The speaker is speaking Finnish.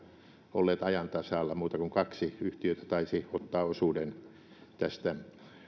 olleet ajan tasalla muuta kuin kaksi yhtiötä taisi ottaa osuuden tästä